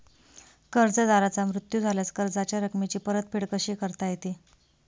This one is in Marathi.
कर्जदाराचा मृत्यू झाल्यास कर्जाच्या रकमेची परतफेड कशी करता येते?